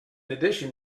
addition